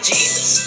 Jesus